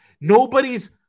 Nobody's